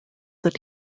that